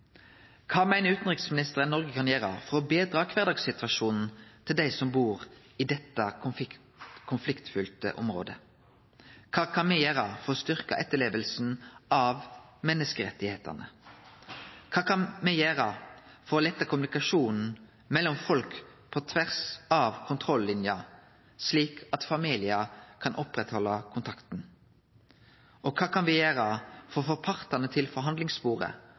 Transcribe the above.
Kva kan Noreg gjere? Kva meiner utanriksministeren Noreg kan gjere for å betre kvardagssituasjonen til dei som bur i dette konfliktfylte området? Kva kan me gjere for å styrkje etterlevinga av menneskerettane? Kva kan me gjere for å lette kommunikasjonen mellom folk, på tvers av kontroll-linja, slik at familiar kan halde kontakten ved lag? Og kva kan me gjere for å få partane til forhandlingsbordet,